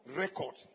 record